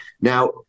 now